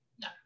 no